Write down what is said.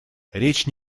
речь